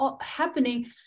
happening